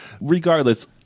regardless